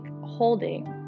holding